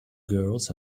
girls